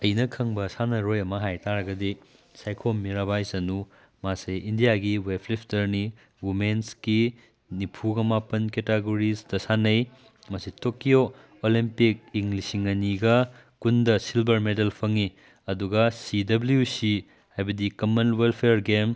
ꯑꯩꯅ ꯈꯪꯕ ꯁꯥꯟꯅꯔꯣꯏ ꯑꯃ ꯍꯥꯏꯇꯥꯔꯒꯗꯤ ꯁꯥꯏꯈꯣꯝ ꯃꯤꯔꯥꯕꯥꯏ ꯆꯟꯅꯨ ꯃꯥꯁꯦ ꯏꯟꯗꯤꯌꯥꯒꯤ ꯋꯦꯠ ꯂꯤꯐꯇꯔꯅꯤ ꯋꯨꯃꯦꯟꯁꯀꯤ ꯅꯤꯐꯨꯒ ꯃꯄꯟ ꯀꯦꯇꯥꯒꯣꯔꯤꯁꯤꯗ ꯁꯥꯟꯅꯩ ꯃꯁꯤ ꯇꯣꯀꯤꯌꯣ ꯑꯣꯂꯦꯝꯄꯤꯛ ꯏꯪ ꯂꯤꯁꯤꯡ ꯑꯅꯤꯒ ꯀꯨꯟꯗ ꯁꯤꯜꯕꯔ ꯃꯦꯗꯜ ꯐꯪꯉꯤ ꯑꯗꯨꯒ ꯁꯤ ꯗꯕ꯭ꯂꯤꯌꯨ ꯁꯤ ꯍꯥꯏꯕꯗꯤ ꯀꯃꯟ ꯋꯦꯜꯐꯤꯌꯔ ꯒꯦꯝ